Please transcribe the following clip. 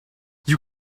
you